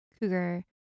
Cougar